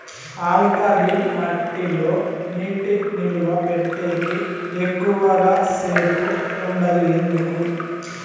alkaline మట్టి లో నీటి నిలువ పెట్టేకి ఎక్కువగా సేపు ఉండదు ఎందుకు